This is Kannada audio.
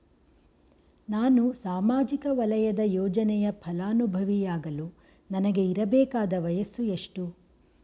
ನಾನು ಸಾಮಾಜಿಕ ವಲಯದ ಯೋಜನೆಯ ಫಲಾನುಭವಿ ಯಾಗಲು ನನಗೆ ಇರಬೇಕಾದ ವಯಸ್ಸು ಎಷ್ಟು?